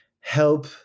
help